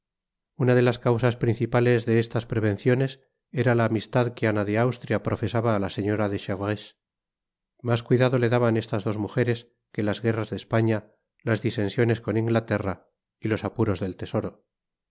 una de las causas principales de estas prevenciones era la amistad que ana de austria profesaba a la señora de chevreuse mas cuidado le daban estas dos mujeres que las guerras de españa las disensiones con inglaterra y los apuros del tesoro a